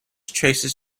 traces